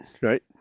right